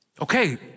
Okay